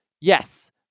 yes